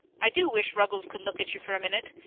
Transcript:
i do wish ruggles could look at ye for a minute!